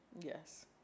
Yes